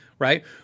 right